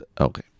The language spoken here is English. Okay